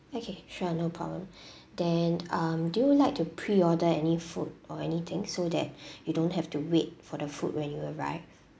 okay sure no problem then um do you like to pre-order any food or anything so that you don't have to wait for the food when you arrive